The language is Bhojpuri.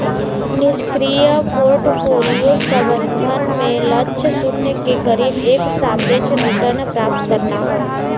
निष्क्रिय पोर्टफोलियो प्रबंधन में लक्ष्य शून्य के करीब एक सापेक्ष रिटर्न प्राप्त करना हौ